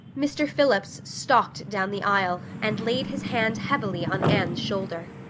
mr. phillips stalked down the aisle and laid his hand heavily on anne's shoulder.